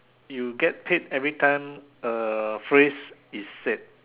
you get paid every time a phrase is said